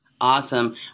Awesome